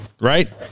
right